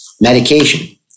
Medication